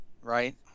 right